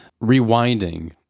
rewinding